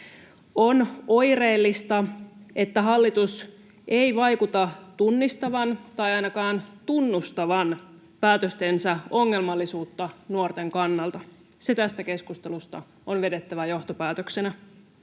On oireellista, että hallitus ei vaikuta tunnistavan tai ainakaan tunnustavan päätöstensä ongelmallisuutta nuorten kannalta. Se tästä keskustelusta on vedettävä johtopäätöksenä.